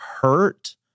hurt